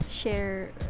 share